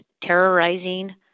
terrorizing